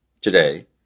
today